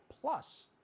plus